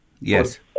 Yes